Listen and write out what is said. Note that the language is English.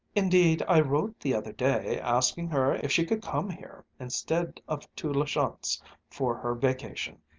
indeed, i wrote the other day, asking her if she could come here instead of to la chance for her vacation.